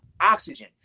oxygen